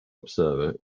observer